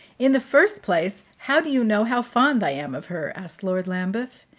in the first place, how do you know how fond i am of her? asked lord lambeth.